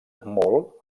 molt